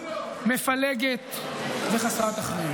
מפלגת וחסרת אחריות.